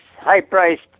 high-priced